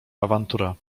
awantura